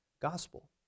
Gospel